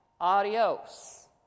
adios